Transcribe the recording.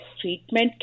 treatment